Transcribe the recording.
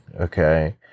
okay